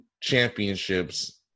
championships